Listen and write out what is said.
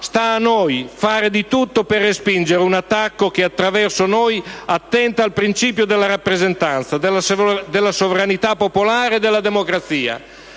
sta a noi fare di tutto per respingere un attacco che, attraverso noi, attenta al principio della rappresentanza, della sovranità popolare e della democrazia.